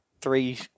three